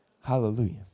Hallelujah